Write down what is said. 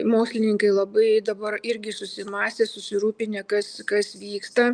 mokslininkai labai dabar irgi susimąstę susirūpinę kas kas vyksta